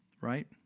right